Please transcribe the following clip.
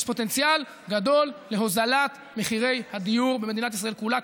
יש פוטנציאל גדול להוזלת הדיור במדינת ישראל כולה.